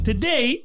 Today